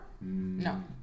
No